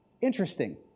Interesting